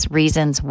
reasons